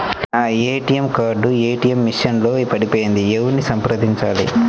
నా ATM card ATM machine లో పడిపోయింది ఎవరిని సంప్రదించాలి?